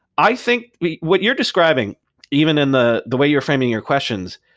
i think what you're describing even in the the way you're framing your questions,